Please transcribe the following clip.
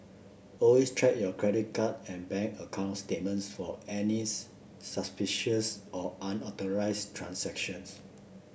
always check your credit card and bank account statements for any suspicious or unauthorised transactions